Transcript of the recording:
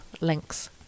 links